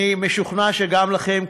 אני משוכנע שגם לכם,